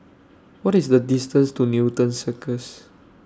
What IS The distance to Newton Cirus